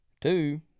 Two